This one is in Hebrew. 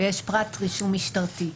ויש פרט רישום משטרתי,